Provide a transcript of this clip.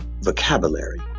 vocabulary